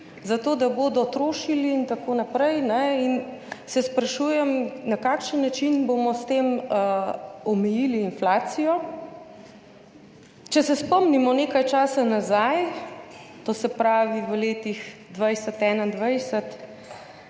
za to, da bodo trošili in tako naprej. Sprašujem se, na kakšen način bomo s tem omejili inflacijo? Če se spomnimo nekaj časa nazaj, to se pravi v letih 2020,